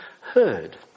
heard